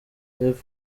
rev